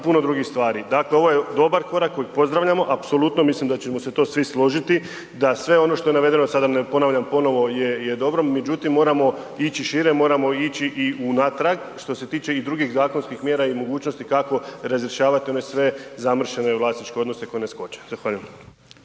puno drugih stvari. Dakle ovo je dobar korak koji pozdravljamo, apsolutno, mislim da ćemo se to svi složiti da sve ono što je navedeno, da sada na ponavljam ponovno je dobro, međutim moramo ići šire, moramo ići i unatrag, što se tiče i drugih zakonskih mjera i mogućnosti kako razjašnjavati one sve zamršene vlasničke odnose koji nas koče. Zahvaljujem.